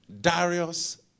Darius